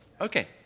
Okay